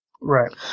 Right